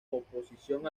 oposición